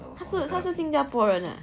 他是他是新加坡人啊